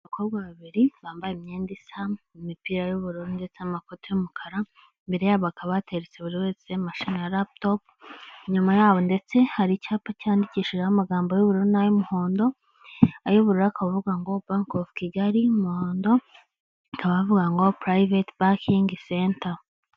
Abakobwa babiri bambaye imyenda isa, imipira y'ubururu ndetse n'amakote y'umukara, imbere yabo hakaba hateretse buri wese mashine ya laputopu, inyuma yabo ndetse hari icyapa cyandikishijeho amagambo y'ubururu n'ay'umuhondo, ay'uburyru akaba avuga ngo " Banki ovu Kigali", umuhondo akaba avuga ngo " Purayiveti bankingi senta".